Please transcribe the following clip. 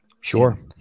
Sure